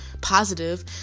positive